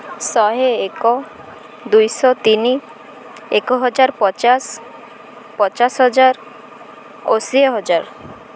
ଶହେ ଏକ ଦୁଇଶହ ତିନି ଏକ ହଜାର ପଚାଶ ପଚାଶ ହଜାର ଅଶୀ ହଜାର